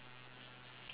ah yes correct